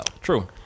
true